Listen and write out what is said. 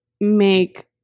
make